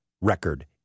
record